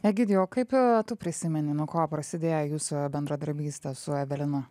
egidijau o kaip tu prisimeni nuo ko prasidėjo jūsų bendradarbystė su evelina